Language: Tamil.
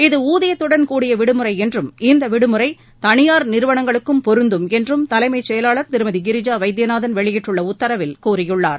இது ஊதியத்துடன் கூடிய விடுமுறை என்றும் இந்த விடுமுறை தனியார் நிறுவனங்களுக்கும் பொருந்தும் என்றும் தலைமை செயலாள் திருமதி கிரிஜா வைத்தியநாதன் வெளியிட்டுள்ள உத்தரவில் கூறியுள்ளார்